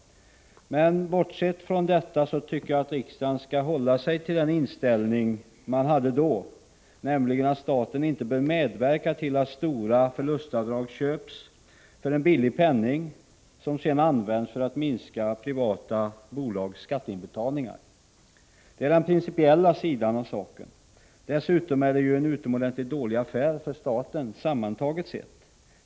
Men bortsett från detta tycker jag att riksdagen skall hålla fast vid den inställning man hade då, nämligen att staten inte bör medverka till att stora förlustavdrag köps för en billig penning för att privata bolag sedan skall kunna använda dem för att minska sina skatteinbetalningar. Det är den principiella sidan av saken. Dessutom är detta, totalt sett, en utomordentligt dålig affär för staten.